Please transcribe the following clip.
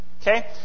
Okay